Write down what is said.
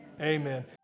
amen